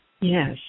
Yes